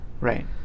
Right